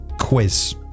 quiz